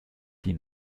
die